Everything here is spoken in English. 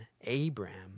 Abraham